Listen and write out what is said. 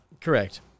Correct